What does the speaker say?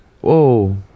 Whoa